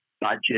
budget